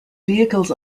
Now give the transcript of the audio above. vehicles